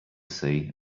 sea